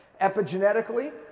Epigenetically